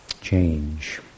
change